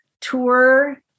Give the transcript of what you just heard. tour